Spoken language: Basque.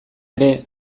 ere